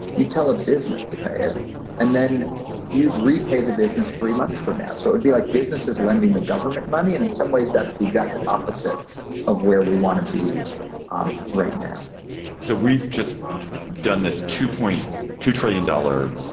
you tell a business to pay it and then you repay the business three months from now. so it'd be like businesses lending the government money and in some ways that's the exact opposite of where we want to be um right now so we've just done this to point to trillion dollar,